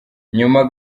nyuma